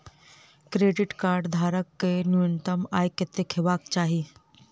Credit card धारक कऽ न्यूनतम आय कत्तेक हेबाक चाहि?